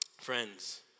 Friends